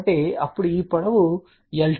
కాబట్టి ఇప్పుడు ఈ పొడవు L2 ఇది 0